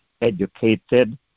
educated